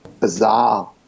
bizarre